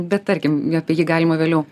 bet tarkim apie jį galima vėliau